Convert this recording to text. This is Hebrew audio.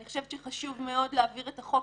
אני חושבת שחשוב מאוד להעביר את החוק